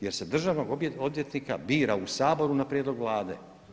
Jer se državnog odvjetnika bira u Saboru na prijedlog Vlade.